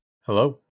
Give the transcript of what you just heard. hello